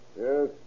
Yes